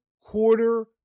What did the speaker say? quarter